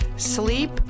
sleep